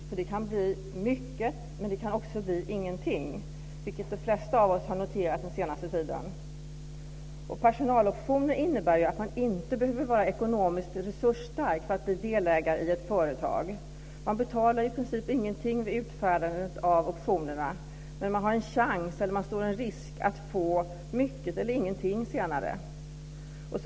Personaloptioner kan ge mycket, men de kan också ge ingenting, vilket de flesta av oss har noterat under den senaste tiden. Personaloptioner innebär att man inte behöver vara ekonomiskt resursstark för att bli delägare i ett företag. Man betalar i princip ingenting vid utfärdandet av optionerna, men man har en chans att få mycket samtidigt som man riskerar att inte få någonting.